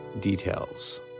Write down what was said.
details